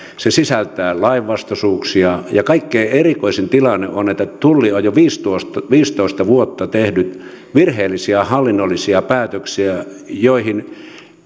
se sisältää lainvastaisuuksia ja kaikkein erikoisin tilanne on että tulli on jo viisitoista viisitoista vuotta tehnyt virheellisiä hallinnollisia päätöksiä joihin